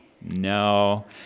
No